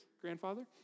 grandfather